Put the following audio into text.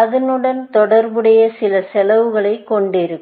அதனுடன் தொடர்புடைய சில செலவுகளைக் கொண்டிருக்கும்